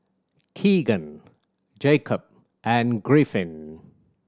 Keegan Jacob and Griffin